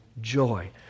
joy